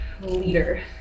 leader